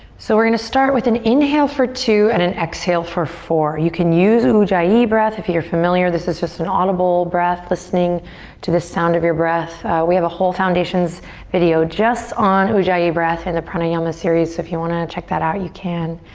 so we're gonna start with an inhale for two and an exhale for four. you can use ujjayi breath if you're familiar. this is an audible breath, listening to the sound of your breath. we have a whole foundations video just on ujjayi breath in the pranayama series so if you want to check that out, you can.